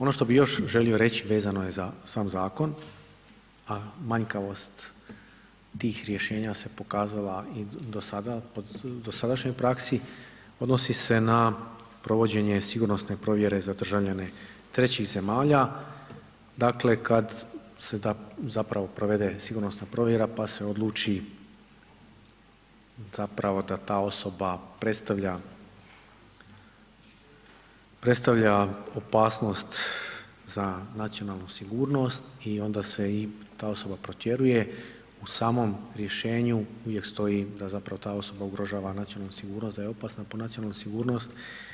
Ono što bih još želio reći vezano je za sam zakon, a manjkavost tih rješenja se pokazala i u dosadašnjoj praksi, odnosi se na provođenje sigurnosne provjere za državljane trećih zemalja, dakle kada se provede sigurnosna provjera pa se odluči da ta osoba predstavlja opasnost za nacionalnu sigurnost i onda se ta osoba protjeruje u samom rješenju uvijek stoji da ta osoba ugrožava nacionalnu sigurnost da je opasna po nacionalnu sigurnosti.